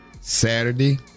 Saturday